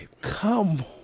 Come